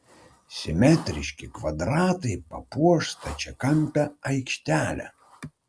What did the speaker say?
simetriški kvadratai papuoš stačiakampę aikštelę